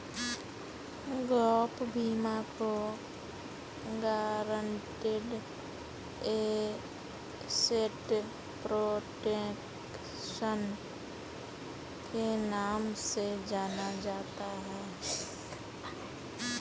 gap बीमा को guaranteed asset protection के नाम से जाना जाता है